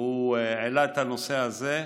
העלה את הנושא הזה,